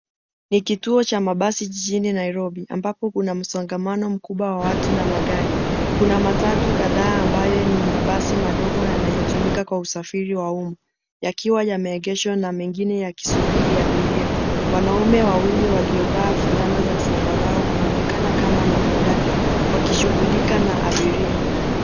Ni kituo cha mabasi jijini Nairobi ambapo kuna msongamano mkubwa wa watu na magari. Kuna matatu kadhaa ambayo ni mabasi madogo yanayo tumika kwa usafiri wa uma yakiwa yameegeshwa na mengine yakisubiri abiria. Wanaume wawili waliovaa fulana za sambarao wanaonekana kama ma (cs) conductor (cs) wakishughulika na abiria.